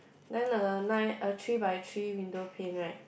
then a nine a three by three window paint right